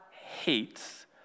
hates